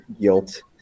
guilt